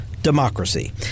Democracy